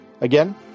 Again